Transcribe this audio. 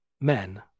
men